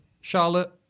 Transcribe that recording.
Charlotte